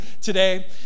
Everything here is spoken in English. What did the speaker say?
today